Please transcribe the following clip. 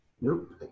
Nope